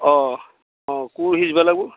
অ অ ক'ত সিঁচিব লাগিব